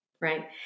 right